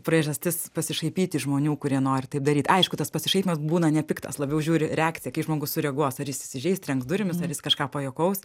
priežastis pasišaipyti iš žmonių kurie nori tai daryt aišku tas pasišaipymas būna nepiktas labiau žiūri reakciją kai žmogus sureaguos ar jis įsižeis trenks durimis ar jis kažką pajuokaus